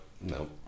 No